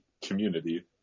community